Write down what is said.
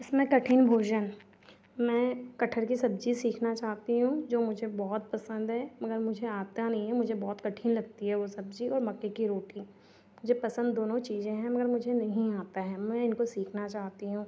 इसमें कठिन भोजन मैं कटहल की सब्ज़ी सीखना चाहती हूँ जो मुझे बहुत पसंद है मगर मुझे आता नहीं है मुझे बहुत कठिन लगती है वह सब्ज़ी और मक्के की रोटी मुझे पसंद दोनों चीज़ें हैं मगर मुझे नहीं आता है मैं इनको सीखना चाहती हूँ